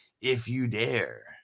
if-you-dare